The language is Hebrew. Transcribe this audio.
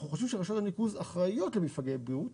אנחנו חושבים שרשויות הניקוז אחראיות למפגעי בריאות,